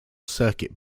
circuit